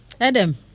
Adam